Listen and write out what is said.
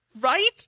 Right